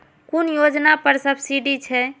कुन योजना पर सब्सिडी छै?